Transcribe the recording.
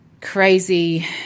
crazy